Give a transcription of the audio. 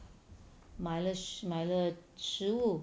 买了食买了食物